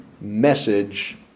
message